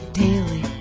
daily